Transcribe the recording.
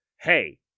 Hey